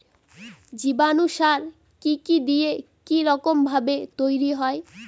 জীবাণু সার কি কি দিয়ে কি রকম ভাবে তৈরি হয়?